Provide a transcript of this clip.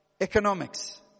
economics